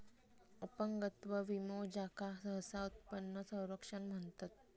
अपंगत्व विमो, ज्याका सहसा उत्पन्न संरक्षण म्हणतत